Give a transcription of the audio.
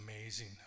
amazing